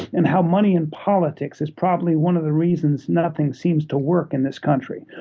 and how money in politics is probably one of the reasons nothing seems to work in this country,